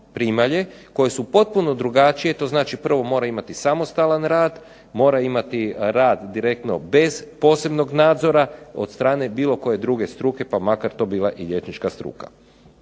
primalje koje su potpuno drugačije. To znači prvo mora imati samostalan rad, mora imati rad bez direktno bez posebnog nadzora od strane bilo koje druge struke pa makar to bila i liječnička struka.